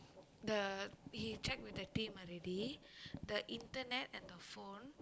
the he check with the team already the internet and the phone